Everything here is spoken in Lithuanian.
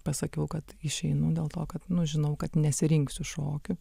pasakiau kad išeinu dėl to kad nu žinau kad nesirinksiu šokių